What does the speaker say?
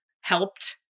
helped